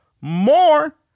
more